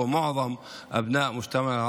אין ספק שזה חוק שבא לסייע לאנשים שמצבם הכלכלי קשה,